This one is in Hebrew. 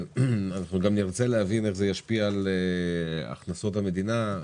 אנחנו גם נרצה להבין איך זה ישפיע על הכנסות המדינה,